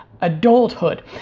adulthood